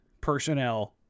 personnel